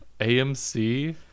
amc